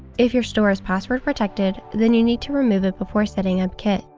if your store is password protected, then you need to remove it before setting up kit.